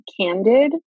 candid